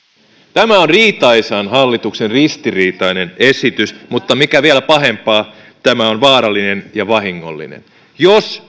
tämä on riitaisan hallituksen ristiriitainen esitys mutta mikä vielä pahempaa tämä on vaarallinen ja vahingollinen jos